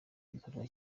ibikorwa